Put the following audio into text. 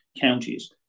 counties